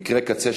מקרי קצה,